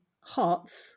Hearts